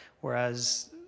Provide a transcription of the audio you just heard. whereas